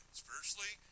spiritually